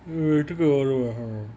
வீட்டுக்கு வரு வாகனோ:veetuku varu vaakano